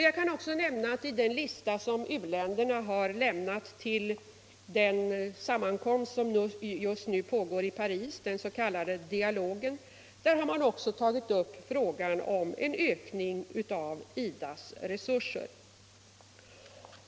Jag kan också nämna att u-länderna i den lista de har överlämnat till en sammankomst som just nu pågår i Paris, den s.k. dialogen, också har tagit upp frågan om en ökning av. IDA:s resurser.